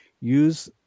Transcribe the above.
Use